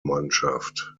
mannschaft